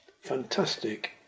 Fantastic